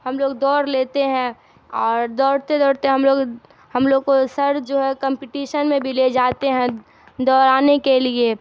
ہم لوگ دوڑ لیتے ہیں اور دوڑتے دوڑتے ہم لوگ ہم لوگ کو سر جو ہے کمپٹیشن میں بھی لے جاتے ہیں دوڑانے کے لیے